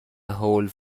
هول